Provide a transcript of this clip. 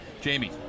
Jamie